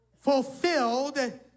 fulfilled